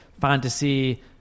fantasy